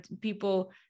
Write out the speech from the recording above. people